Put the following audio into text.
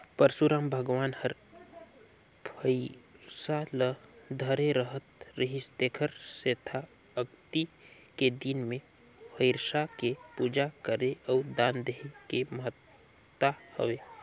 परसुराम भगवान हर फइरसा ल धरे रहत रिहिस तेखर सेंथा अक्ती के दिन मे फइरसा के पूजा करे अउ दान देहे के महत्ता हवे